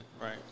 Right